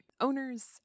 Owners